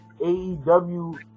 AEW